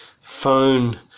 phone